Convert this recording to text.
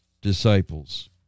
disciples